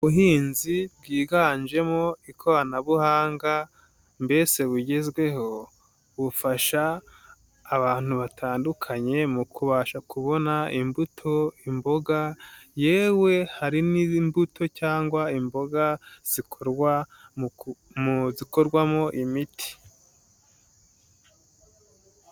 Ubuhinzi bwiganjemo ikoranabuhanga mbese bugezweho, bufasha abantu batandukanye mu kubasha kubona imbuto, imboga, yewe hari n'imbuto cyangwa imboga zikorwamo imiti.